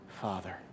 Father